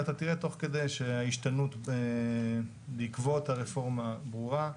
ואתה תראה תוך כדי שההשתנות בעקבות הרפורמה ברורה.